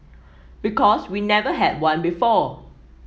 because we never had one before